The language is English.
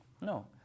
No